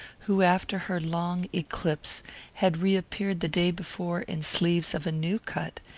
who after her long eclipse had reappeared the day before in sleeves of a new cut,